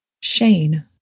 Shane